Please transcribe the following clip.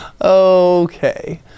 Okay